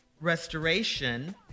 restoration